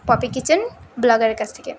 poppy Kitchen ব্লগারের কাছ থেকে